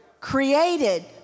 created